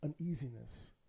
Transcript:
uneasiness